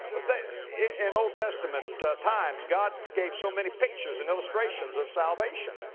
but they, in old testament times god gave so many pictures and illustrations of salvation.